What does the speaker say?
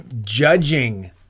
judging